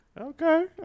Okay